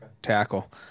tackle